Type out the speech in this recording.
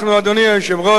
אדוני היושב-ראש,